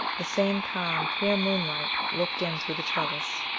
the same calm, clear moonlight looked in through the trellis.